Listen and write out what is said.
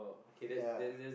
ya